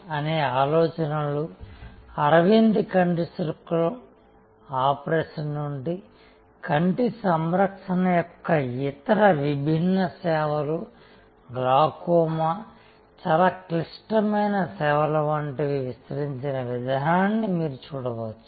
అనే ఆలోచనలు అరవింద్ కంటిశుక్లం ఆపరేషన్ నుండి కంటి సంరక్షణ యొక్క ఇతర విభిన్న సేవలు గ్లాకోమా చాలా క్లిష్టమైన సేవలు వంటి కి విస్తరించిన విధానాన్ని మీరు చూడవచ్చు